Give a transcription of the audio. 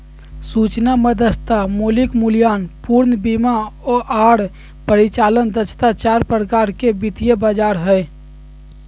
सूचना मध्यस्थता, मौलिक मूल्यांकन, पूर्ण बीमा आर परिचालन दक्षता चार प्रकार के वित्तीय बाजार हय